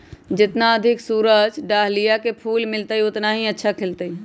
जितना अधिक सूरज डाहलिया के फूल मिलतय, उतना ही अच्छा खिलतय